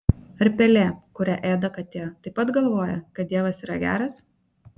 ar pelė kurią ėda katė taip pat galvoja kad dievas yra geras